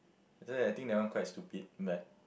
so I think that one quite stupid but